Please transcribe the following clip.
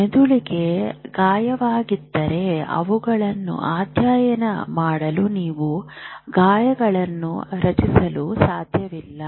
ಮೆದುಳಿಗೆ ಗಾಯವಾಗಿದ್ದರೆ ಅವುಗಳನ್ನು ಅಧ್ಯಯನ ಮಾಡಲು ನೀವು ಗಾಯಗಳನ್ನು ರಚಿಸಲು ಸಾಧ್ಯವಿಲ್ಲ